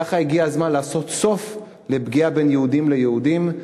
ככה הגיע הזמן לעשות סוף לפגיעה בין יהודים ליהודים,